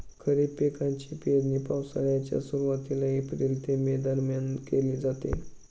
खरीप पिकांची पेरणी पावसाळ्याच्या सुरुवातीला एप्रिल ते मे दरम्यान केली जाते